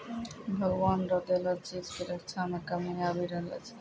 भगवान रो देलो चीज के रक्षा मे कमी आबी रहलो छै